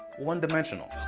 one-dimensional.